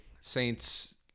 Saints